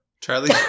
Charlie